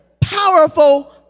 powerful